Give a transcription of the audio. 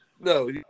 No